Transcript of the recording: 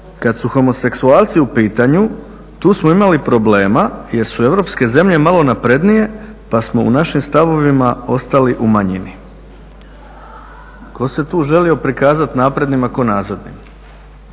kad su homoseksualci u pitanju, tu smo imali problema jer su europske zemlje malo naprednije pa smo u našim stavovima ostali umanjeni. Tko se tu želio prikazat naprednim, a tko nazadnim?